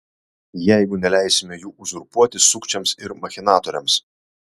jeigu neleisime jų uzurpuoti sukčiams ir machinatoriams